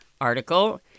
article